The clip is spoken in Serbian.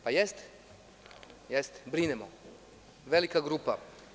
Pa, jeste, brinemo, velika grupa.